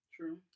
True